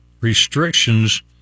restrictions